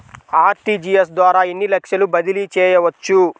RTGS ద్వారా ఎన్ని లక్షలు బదిలీ చేయవచ్చు?